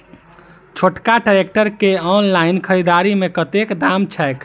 छोटका ट्रैक्टर केँ ऑनलाइन खरीददारी मे कतेक दाम छैक?